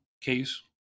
case